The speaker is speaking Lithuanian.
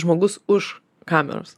žmogus už kameros